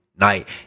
night